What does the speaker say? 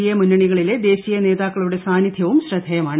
A മുന്നണികളിലെ ദേശീയ നേതാക്കളുടെ സാന്നിദ്ധ്യവും ശ്രദ്ധേയ മാണ്